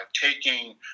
taking